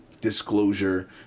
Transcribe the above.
disclosure